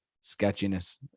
Sketchiness